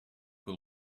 will